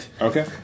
Okay